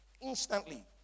Instantly